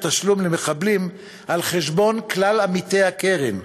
תשלום למחבלים על חשבון כלל עמיתי הקרן.